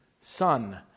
Son